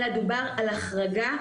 אלא דובר על החרגה.